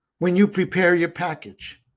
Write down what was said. when you prepare your package.